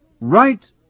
Right